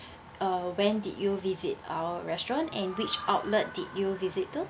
uh when did you visit our restaurant and which outlet did you visit to